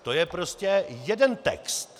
To je prostě jeden text.